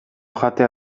jatea